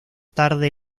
tarde